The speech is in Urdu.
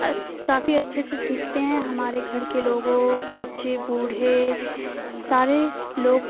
اچھا کافی اچھے سے سیکھتے ہیں ہمارے گھر کے لوگوں بچے بوڑھے سارے لوگ